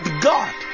God